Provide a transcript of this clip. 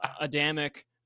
Adamic